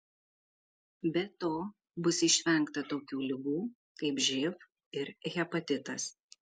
be to bus išvengta tokių ligų kaip živ ir hepatitas